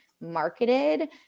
marketed